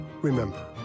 Remember